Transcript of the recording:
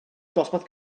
dosbarth